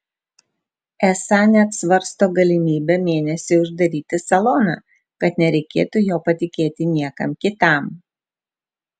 esą net svarsto galimybę mėnesiui uždaryti saloną kad nereikėtų jo patikėti niekam kitam